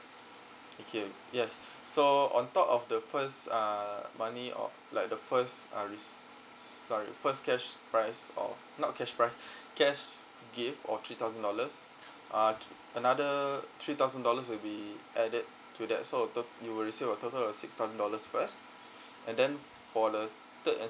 okay yes so on top of the first uh money of like the first uh res~ sorry first cash prize or not cash prize cash gift of three thousand dollars uh another three thousand dollars will be added to that so a tot~ you will receive a total of six thousand dollars first and then for the third and